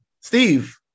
Steve